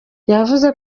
yavuze